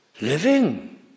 Living